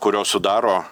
kurios sudaro